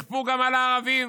יכפו גם על הערבים.